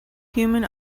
human